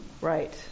right